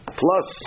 plus